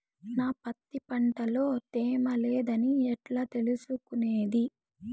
నా పత్తి పంట లో తేమ లేదని ఎట్లా తెలుసుకునేది?